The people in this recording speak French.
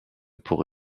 pour